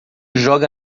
joga